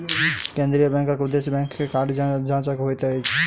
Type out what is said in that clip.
केंद्रीय बैंकक उदेश्य बैंक के कार्य जांचक होइत अछि